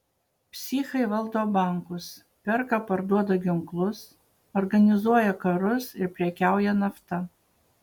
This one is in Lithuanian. psichai valdo bankus perka parduoda ginklus organizuoja karus ir prekiauja nafta